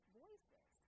voices